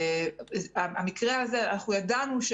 אנחנו ידענו,